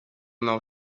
nou